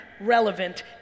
relevant